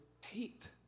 hate